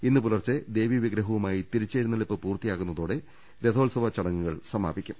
ഇന്ന് പുലർച്ചെ ദേവീ വിഗ്രഹവുമായി തിരിച്ചെഴുന്നള്ളിപ്പ് പൂർത്തിയാകുന്നതോടെ രഥോ ത്സവ ചടങ്ങുകൾ അവസാനിക്കും